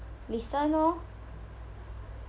listen oh